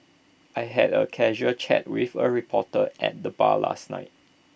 I had A casual chat with A reporter at the bar last night